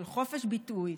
של חופש ביטוי,